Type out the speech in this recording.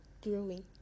growing